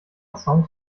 songs